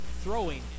throwing